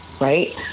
right